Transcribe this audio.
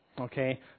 Okay